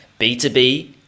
B2B